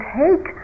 take